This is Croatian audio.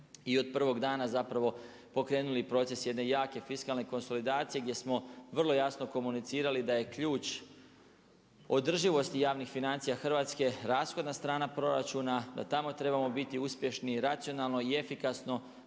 i od prvog dana pokrenuli proces jedne jake fiskalne konsolidacije gdje smo vrlo jasno komunicirali da je ključ održivosti javnih financija Hrvatske rashodna strana proračuna, da tamo trebamo biti uspješni racionalno i efikasno